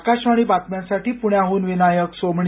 आकाशवाणी बातम्यांसाठी पुण्याहून विनायक सोमणी